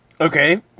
Okay